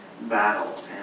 battle